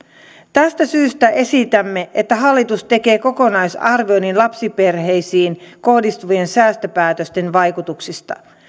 tästä syystä esitämme että hallitus tekee kokonaisarvioinnin lapsiperheisiin kohdistuvien säästöpäätösten vaikutuksista